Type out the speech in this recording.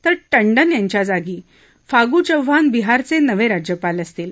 तर टंडन यांच्या जागी फागू चौहान बिहारचे नवे राज्यपाल असतील